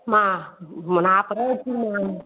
மா நாற்பதுருவா வச்சுக்கோமா